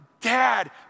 Dad